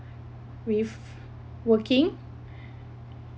with working